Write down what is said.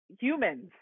humans